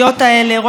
העיתונאים,